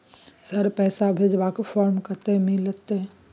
Sir, पैसा भेजबाक form कत्ते मिलत?